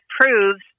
proves